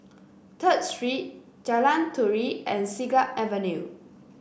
Third Street Jalan Turi and Siglap Avenue